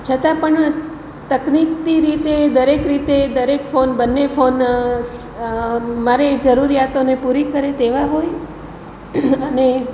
છતાં પણ તકનિકની રીતે દરેક રીતે દરેક ફોન બંને ફોન મારી જરૂરિયાતોને પૂરી કરે તેવા હોય અને